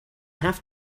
have